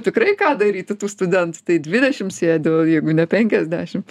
tikrai ką daryti tų studentų tai dvidešim sėdi o jeigu ne penkiasdešim